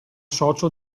socio